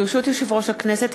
ברשות יושב-ראש הכנסת,